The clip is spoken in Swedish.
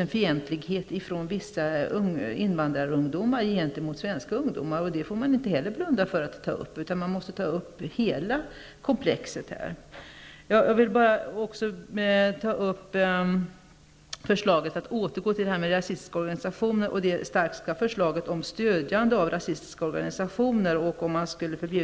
en fientlighet från vissa invandrarungdomar gentemot svenska ungdomar. Det får man inte heller underlåta att ta upp. Hela frågekomplexet måste bearbetas. Jag vill återgå till det Starkska förslaget om förbud mot stödjande av rasistiska organisationer.